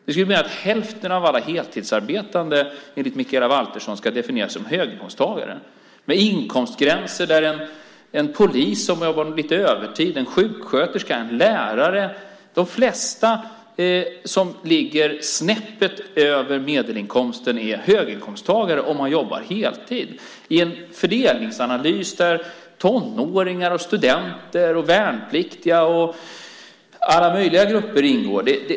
Det skulle innebära att hälften av alla heltidsarbetande enligt Mikaela Valtersson ska definieras som höginkomsttagare. Det skulle innebära att en polis som jobbar lite övertid, en sjuksköterska, en lärare och de flesta som ligger snäppet över medelinkomsten är höginkomsttagare om man jobbar heltid. Det handlar om en fördelningsanalys där tonåringar, studenter, värnpliktiga och alla möjliga grupper ingår.